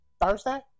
Thursday